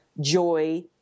joy